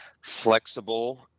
flexible